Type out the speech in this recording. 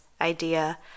idea